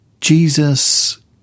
Jesus